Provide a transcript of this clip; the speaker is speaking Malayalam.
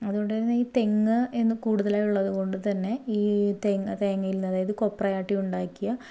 അതുകൊണ്ടു തന്നെ ഈ തെങ്ങ് ഇന്ന് കൂടുതൽ ആയുള്ളത് കൊണ്ടു തന്നെ ഈ തെങ്ങ് തേങ്ങയില് നിന്ന് അതായത് കൊപ്രയാട്ടി ഉണ്ടാക്കിയ